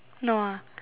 no ah